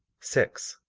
six.